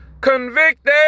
convicted